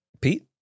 Pete